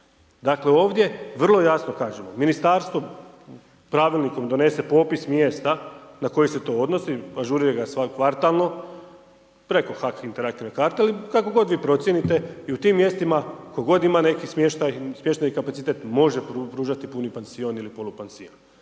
Dakle ovdje vrlo jasno kažemo, ministarstvo pravilnikom donese popis mjesta na koji se to odnosi, ažurira ga kvartalno preko HAK interaktivne karte, ali kako god vi procijenite i u tim mjestima tko god ima neki smještaj, smještajni kapacitet može pružati puni pansion ili polu pansion.